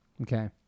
Okay